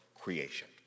creation